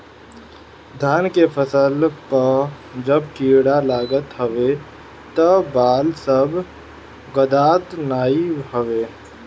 धान के फसल पअ जब कीड़ा लागत हवे तअ बाल सब गदात नाइ हवे